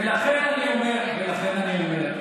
ולכן אני אומר,